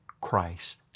Christ